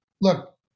Look